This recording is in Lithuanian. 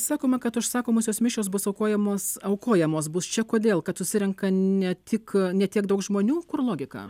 sakoma kad užsakomosios mišios bus aukojamos aukojamos bus čia kodėl kad susirenka ne tik ne tiek daug žmonių kur logika